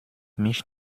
mich